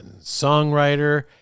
songwriter